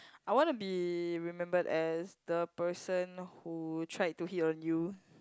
I wanna be remembered as the person who tried to hit on you